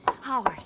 Howard